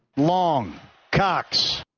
long cox,